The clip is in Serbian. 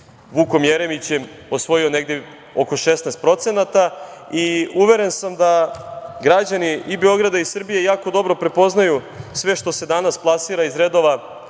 Vukom Jeremićem osvojio negde oko 16% i uveren sam da građani Beograda i Srbije jako dobro prepoznaju sve što se danas plasira iz redova